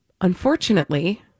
Unfortunately